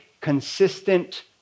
consistent